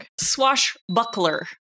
Swashbuckler